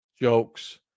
jokes